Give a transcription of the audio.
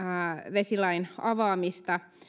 vesilain avaamista